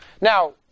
Now